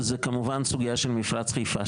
כמובן הסוגייה של מפרץ חיפה,